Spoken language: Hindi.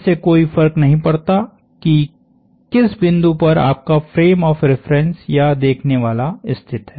इससे कोई फर्क नहीं पड़ता कि किस बिंदु पर आपका फ्रेम ऑफ़ रिफरेन्स या देखने वाला स्थित है